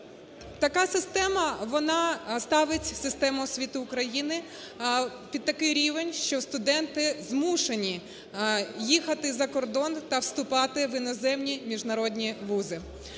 Така система вона ставить систему освіти України під такий рівень, що студенти змушені їхати за кордон та вступати в іноземні міжнародні вузи.